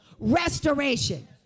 restoration